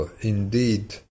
indeed